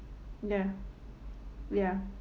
ya ya